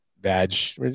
Badge